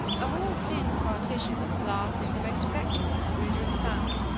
of all thin partitions, glass is the most effectual excluder of sound.